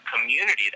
community